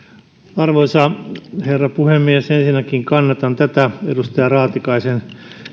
arvoisa herra puhemies ensinnäkin kannatan edustaja raatikaisen